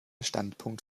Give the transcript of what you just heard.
standpunkt